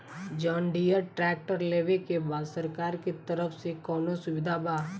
John Deere tractor लेवे के बा सरकार के तरफ से कौनो सुविधा बा?